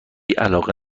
علاقه